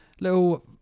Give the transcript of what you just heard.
little